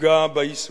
יפגע ביישום.